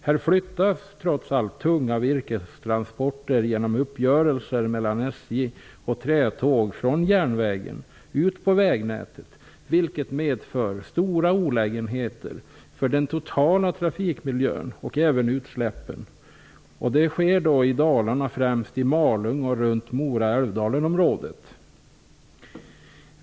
Där flyttas trots allt tunga virkestransporter genom uppgörelser mellan SJ och Trätåg från järnvägen ut på vägnätet, vilket medför stora olägenheter för den totala trafikmiljön och leder till ökade utsläpp. I Dalarna sker detta främst i Malung och i Mora--Älvdalen-området.